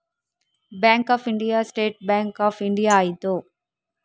bank of India State Bank of India ಆಯಿತು